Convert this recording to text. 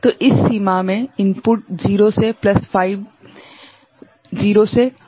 तो इस सीमा में इनपुट 0 से प्लस V भागित 4 है